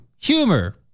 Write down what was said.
Humor